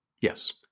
Yes